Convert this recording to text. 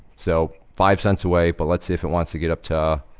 so, five cents away but let's see if it wants to get up to,